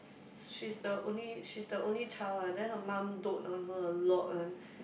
she's the only she's the only child ah then her mum dote on her a lot [one]